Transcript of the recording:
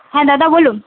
হ্যাঁ দাদা বলুন